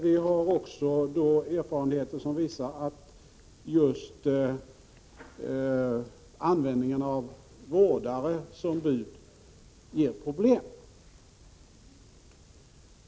Vi har också erfarenheter som visar att just användningen av vårdare som bud ger problem.